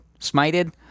smited